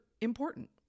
important